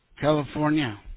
California